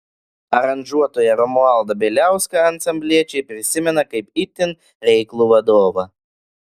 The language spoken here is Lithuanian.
aranžuotoją romualdą bieliauską ansambliečiai prisimena kaip itin reiklų vadovą